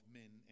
men